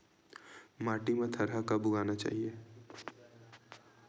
माटी मा थरहा कब उगाना चाहिए?